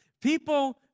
People